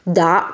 da